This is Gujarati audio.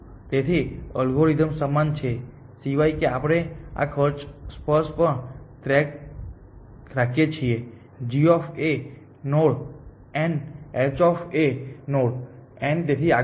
તેથી અલ્ગોરિધમ સમાન છે સિવાય કે આપણે આ ખર્ચનો સ્પષ્ટ પણે ટ્રેક રાખીએ છીએ g node n h node n તેથી આગળ